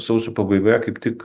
sausio pabaigoje kaip tik